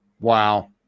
Wow